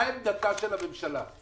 מה עמדתה של הממשלה?